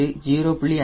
இது 0